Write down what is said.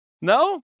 No